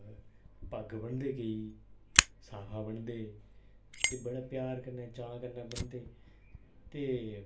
पग बनदे केईं साफ़ा बनदे ते बड़े प्यार कन्नै चांऽ कन्नै बनदे ते